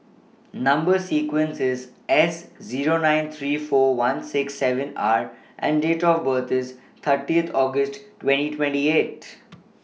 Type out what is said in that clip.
Number sequence IS S Zero nine three four one six seven R and Date of birth IS thirty August twenty twenty eight